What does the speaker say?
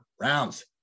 rounds